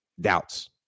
doubts